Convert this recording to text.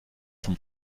zum